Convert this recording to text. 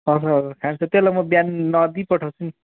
हजुर हजुर खान्छ त्यसलाई म बिहान नदिइ पठाउँछु नि